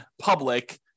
public